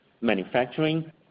manufacturing